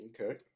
Okay